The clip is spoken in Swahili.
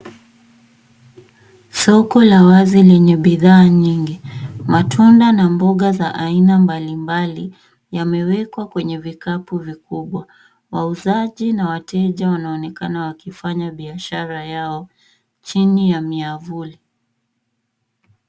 Soko la wazi lenye bidhaa nyingi. Matunda na mboga za aina mbalimbali, yamewekwa kwenye vikapu vikubwa. Wauzaji na wateja wanaonekana wakifanya biashara yao chini ya miavuli.